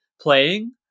playing